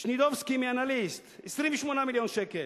שנידובסקי מ"אנליסט" 28 מיליון שקל.